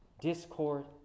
discord